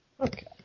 Okay